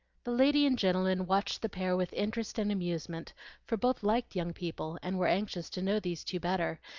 the lady and gentleman watched the pair with interest and amusement for both liked young people, and were anxious to know these two better,